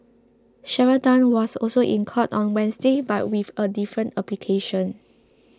Sharon Tan was also in court on Wednesday but with a different application